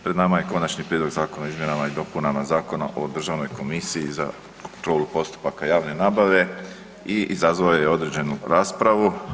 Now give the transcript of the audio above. Pred nama je Konačni prijedlog zakona o izmjenama i dopunama Zakona o državnoj komisiji za kontrolu postupaka javne nabave i izazvao je određenu raspravu.